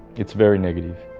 it's very negative.